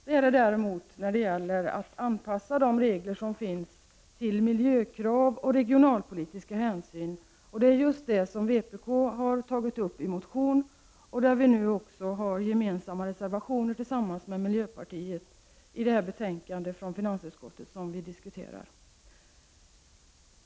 Det är det däremot när det gäller att anpassa de regler som finns till miljökrav och regionalpolitiska hänsyn, och det är just det som vpk har tagit upp i motion och också i reservationer tillsammans med miljöpartiet till det betänkande från finansutskottet som nu diskuteras.